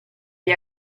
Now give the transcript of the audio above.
gli